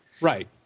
Right